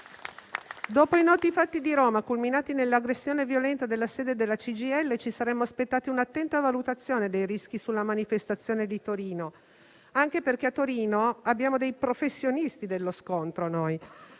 Dopo i noti fatti di Roma, culminati nell'aggressione violenta della sede della CGIL, ci saremmo aspettati un'attenta valutazione dei rischi della manifestazione di Torino, anche perché a Torino abbiamo dei professionisti dello scontro,